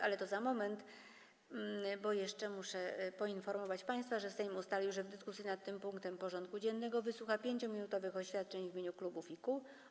Ale to za moment, bo jeszcze muszę państwa poinformować, że Sejm ustalił, że w dyskusji nad tym punktem porządku dziennego wysłucha 5-minutowych oświadczeń w imieniu klubów i kół.